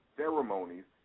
ceremonies